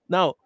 Now